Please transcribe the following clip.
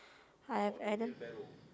I have Adam